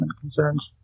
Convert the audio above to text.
concerns